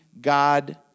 God